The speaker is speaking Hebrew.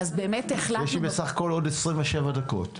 יש לי בסך הכול עוד 33 דקות.